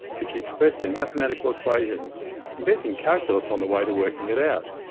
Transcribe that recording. which he expressed in mathematical equations inventing calculus on the way to working it out.